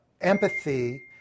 empathy